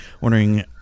wondering